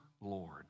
Lord